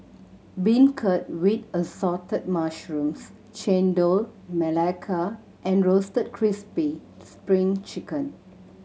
beancurd with Assorted Mushrooms Chendol Melaka and Roasted Crispy Spring Chicken